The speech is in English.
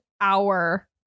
hour